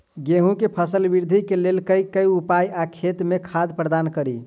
गेंहूँ केँ फसल वृद्धि केँ लेल केँ उपाय आ खेत मे खाद प्रदान कड़ी?